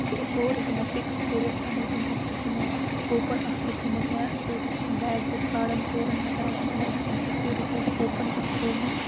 سُہ اوس سورُے تمو فِکس کٔرِتھ تَتھ منٛز زَن اوسُکھ تمو کوپَن اَکھ تہِ تھومُت سُہ اوس بیگ اوس ساڑَن ژورَن ہَتھ رۄپیَن تمو اوسُکھ مےٚ فِفٹی رُپیٖز کوپَن تَتھ تھومُت